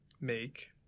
make